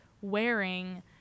wearing